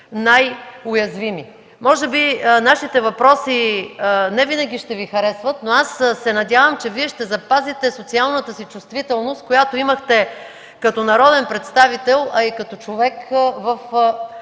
най-уязвими. Може би нашите въпроси не винаги ще Ви харесват, но се надявам, че Вие ще запазите социалната си чувствителност, която имахте като народен представител, а и като човек в